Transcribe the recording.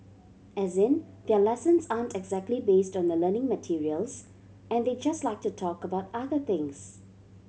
as in their lessons aren't exactly based on the learning materials and they just like to talk about other things